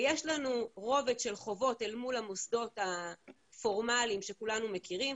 יש לנו רובד של חובות אל מול המוסדות הפורמליים שכולנו מכירים,